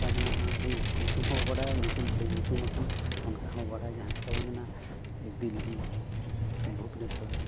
ᱡᱟᱭᱜᱟ ᱢᱮᱱᱟᱜᱼᱟ ᱟᱹᱰᱤ ᱧᱩᱛᱩᱢ ᱦᱚᱸ ᱵᱟᱵᱚ ᱵᱟᱰᱟᱭ ᱧᱩᱛᱩᱢ ᱟᱹᱰᱤ ᱧᱩᱛᱩᱢ ᱟᱠᱟᱱᱟ ᱚᱱᱠᱟ ᱦᱚᱸ ᱵᱟᱰᱟᱭ ᱡᱟᱦᱟᱸ ᱞᱮᱠᱟ ᱵᱚ ᱢᱮᱱᱟᱜᱼᱟ ᱫᱤᱞᱞᱤ ᱵᱷᱩᱵᱽᱱᱮᱥᱥᱚᱨ